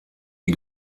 die